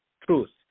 truth